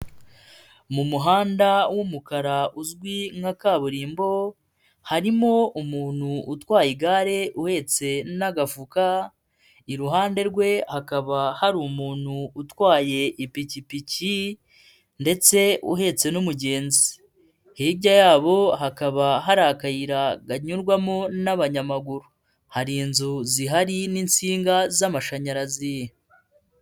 Mu muhanda w'umukara uzwi nka kaburimbo harimo umuntu utwaye igare uhetse n'agafuka, iruhande rwe hakaba hari umuntu utwaye ipikipiki ndetse uhetse n'umugenzi, hirya yabo hakaba hari akayira kanyurwamo n'abanyamaguru, hari inzu zihari n'insinga z'amashanyarazi.